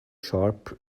sharp